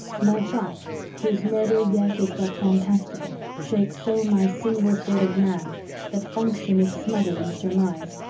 my thought, whose murder yet is but fantastical, shakes so my single state of man that function is smother'd in surmise,